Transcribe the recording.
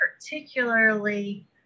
particularly